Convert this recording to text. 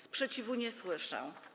Sprzeciwu nie słyszę.